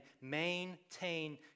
maintain